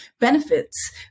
benefits